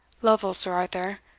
lovel, sir arthur,